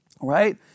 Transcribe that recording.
right